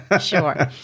Sure